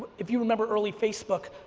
if you remember early facebook,